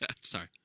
Sorry